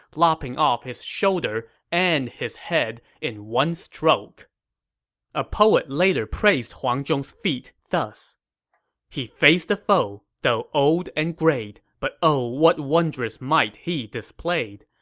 lopping off his shoulder and head in one stroke a poet later praised huang zhong's feat thus he faced the foe, though old and greyed but, oh, what wondrous might he displayed!